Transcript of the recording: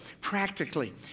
practically